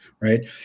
Right